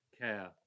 care